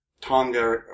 Tonga